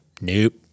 Nope